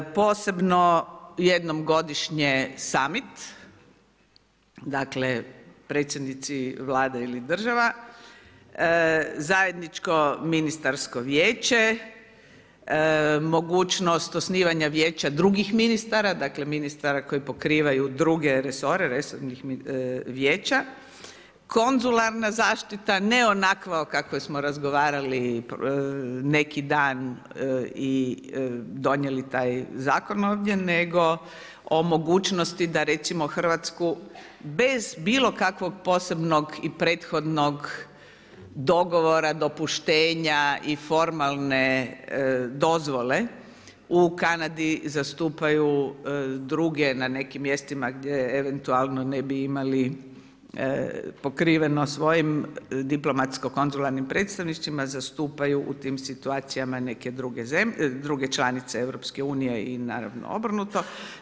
Posebno jednom godišnje Summit, dakle predsjednici Vlade ili država, zajedničko ministarsko vijeće, mogućnost osnivanja vijeća drugih ministara, dakle, ministara koji pokrivaju druge resore, resornih vijeća, konzularna zaštita ne onakva o kakvoj smo razgovarali neki dan i donijeli taj zakon ovdje, nego o mogućnosti, da recimo Hrvatsku, bez bilo kakvog posebnog i prethodnog dogovora, dopuštenja i formalne dozvole u Kanadi zastupaju, na nekim mjestima, gdje eventualno ne bi imali, pokriveno svojim diplomatskim konzularnim predstavnicima zastupaju u tim situacijama neke druge članice EU i naravno obrnuto.